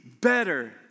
better